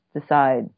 decide